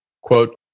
Quote